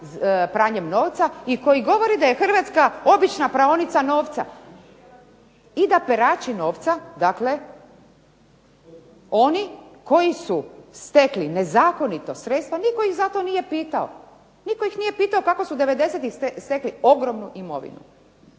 pranjem novca i koji govori da je Hrvatska obična praonica novca i da perači novca dakle oni koji su stekli nezakonito sredstva nitko ih zato nije pitao. Nitko ih nije pitao kako su '97. stekli ogromnu imovinu.